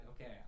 okay